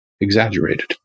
exaggerated